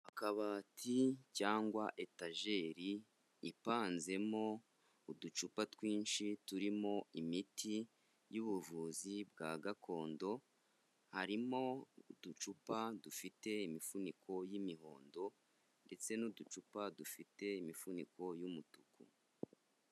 Akabati cyangwa etajeri ipanzemo uducupa twinshi turimo imiti y'ubuvuzi bwa gakondo, harimo uducupa dufite imifuniko y'imihondo ndetse n'uducupa dufite imifuniko y'umutuku.